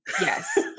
Yes